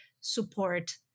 support